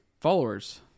followers